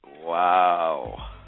Wow